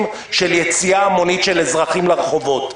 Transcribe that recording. של יציאה המונית של אזרחים לרחובות.